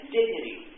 dignity